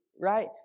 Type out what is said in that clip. Right